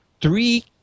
three